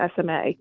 SMA